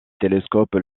télescopes